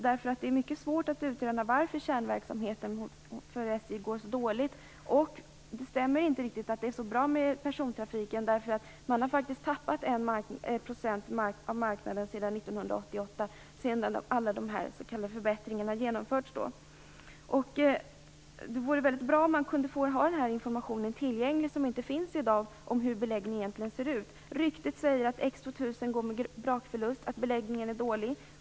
Det är mycket svårt att utröna varför kärnverksamheten går så dåligt för SJ. Det stämmer inte riktigt att persontrafiken går så bra. Man har faktiskt tappat 1 % av marknaden sedan 1988 - sedan alla s.k. förbättringar genomfördes. Det vore bra om den information om beläggningen som inte finns i dag vore tillgänglig. Ryktet säger att X 2000 går med brakförlust och att beläggningen är dålig.